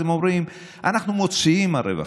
אז הם אומרים: אנחנו מוציאים על רווחה.